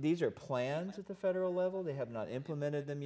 these are plans at the federal level they have not implemented them